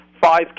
five